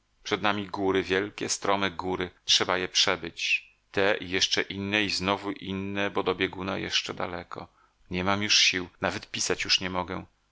przed nami góry wielkie strome góry trzeba je przebyć te i jeszcze inne i znowu inne bo do bieguna jeszcze daleko nie mam już sił nawet pisać już nie mogę